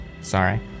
Sorry